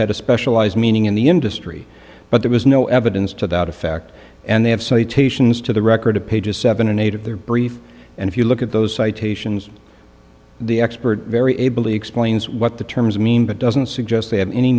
had a specialized meaning in the industry but there was no evidence to that effect and they have citations to the record of pages seven and eight of their brief and if you look at those citations the expert very ably explains what the terms mean but doesn't suggest they have any